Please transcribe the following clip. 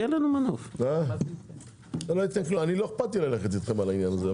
לא אכפת לי ללכת אתכם על זה.